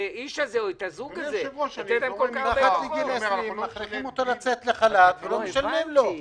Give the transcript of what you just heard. אתם מכריחים אותו לצאת לחל"ת ולא משלמים לו.